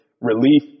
relief